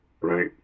right